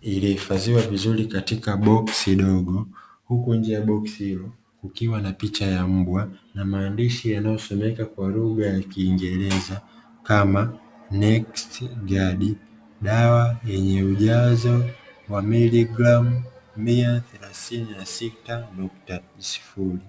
iliyohifadhiwa vizuri katika boksi dogo, huku nje ya boksi hilo kukiwa na picha ya mbwa na maandishi yanayosomeka kwa lugha ya kiingereza kama "NexGard", dawa yenye ujazo wa miligramu mia thelathini na sita nukta sifuri.